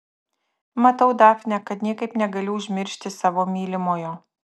matau dafne kad niekaip negali užmiršti savo mylimojo